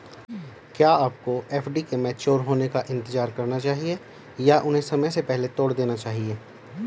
क्या आपको एफ.डी के मैच्योर होने का इंतज़ार करना चाहिए या उन्हें समय से पहले तोड़ देना चाहिए?